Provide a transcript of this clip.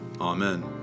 Amen